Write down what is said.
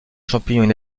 champignons